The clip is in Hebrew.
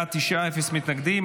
בעד, תשעה, אפס מתנגדים.